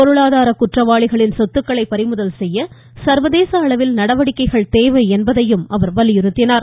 பொருளாதார குற்றவாளிகளின் சொத்துக்களை பநிமுதல் செய்ய சர்வதேச அளவில் நடவடிக்கைகள் தேவை என்பதையும் அவர் வலியுறுத்தினார்